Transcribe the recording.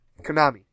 Konami